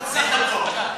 לא,